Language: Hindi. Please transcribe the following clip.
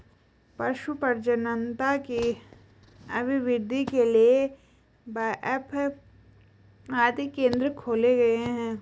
पशु प्रजननता की अभिवृद्धि के लिए बाएफ आदि केंद्र खोले गए हैं